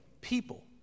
people